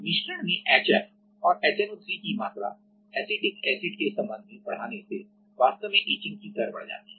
तो मिश्रण में एचएफ HF और HNO3 की मात्रा एसिटिक एसिड के संबंध में बढ़ाने से वास्तव में इचिंग की दर बढ़ जाती है